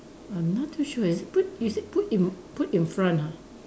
I'm not too sure is it put you said put in put in front ah